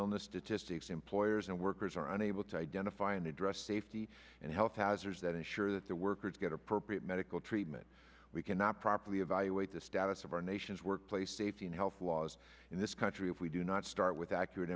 illness statistics employers and workers are unable to identify and address safety and health hazards that ensure that the workers get appropriate medical treatment we cannot properly evaluate the status of our nation's workplace safety and health laws in this country if we do not start with accurate